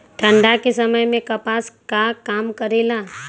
ठंडा के समय मे कपास का काम करेला?